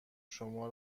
شما